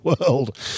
world